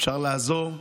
אפשר לעזור,